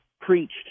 preached